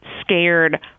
scared